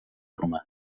romà